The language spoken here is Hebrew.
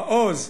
העוז,